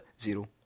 Zero